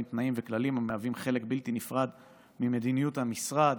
תנאים וכללים המהווים חלק בלתי נפרד ממדיניות המשרד